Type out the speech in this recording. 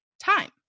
time